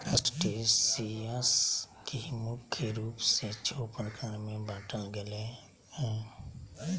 crustaceans के मुख्य रूप से छः प्रकार में बांटल गेले हें